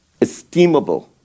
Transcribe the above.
esteemable